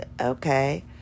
okay